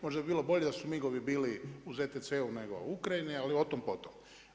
Možda bi bilo bolje da su migovi bili u ZTC-u nego u Ukrajini ali o tom potom.